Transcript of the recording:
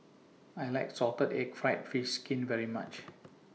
I like Salted Egg Fried Fish Skin very much